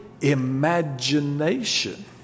imagination